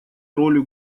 ролью